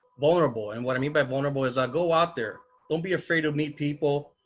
vulnerable and what i mean by vulnerable as i go out there, don't be afraid of meet people,